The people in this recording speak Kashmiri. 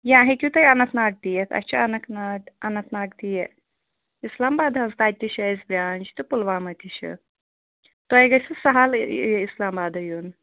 یا ہیٚکِو تُہۍ اَننٛت ناگ تہِ یِتھ اَسہِ چھِ انت ناٹ اَننٛت ناگ تہِ اِسلام باد حظ تَتہِ تہِ چھِ اَسہِ برٛانچ تہٕ پُلوامہ تہِ چھِ تۄہہِ گَژھِو سَہل یہِ اِسلام بادٕے یُن